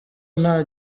nta